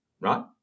Right